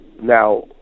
now